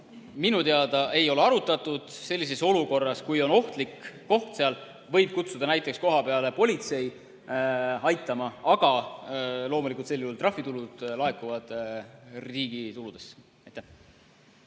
Minu teada ei ole arutatud sellist olukorda. Kui on ohtlik koht, võib kutsuda näiteks politsei aitama, aga loomulikult sel juhul trahvitulu laekub riigi tuludesse.